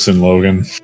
logan